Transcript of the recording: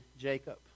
Jacob